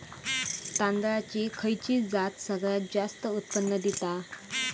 तांदळाची खयची जात सगळयात जास्त उत्पन्न दिता?